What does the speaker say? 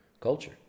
culture